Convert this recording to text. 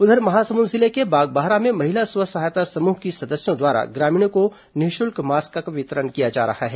उधर महासमुंद जिले के बागबाहरा में महिला स्व सहायता समूह की सदस्यों द्वारा ग्रामीणों को निःशुल्क मास्क का वितरण किया जा रहा है